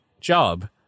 job